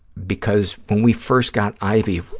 because when we first got ivy,